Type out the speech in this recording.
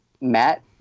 Matt